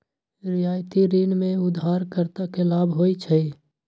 रियायती ऋण में उधारकर्ता के लाभ होइ छइ